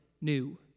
new